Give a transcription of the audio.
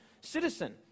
citizen